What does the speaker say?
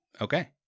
Okay